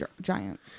giant